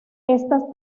estas